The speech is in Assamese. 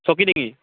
চকিডিঙ্গি